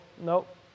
nope